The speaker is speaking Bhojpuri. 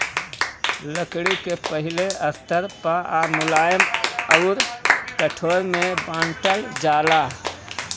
लकड़ी के पहिले स्तर पअ मुलायम अउर कठोर में बांटल जाला